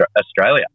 Australia